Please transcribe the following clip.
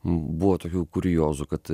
buvo tokių kuriozų kad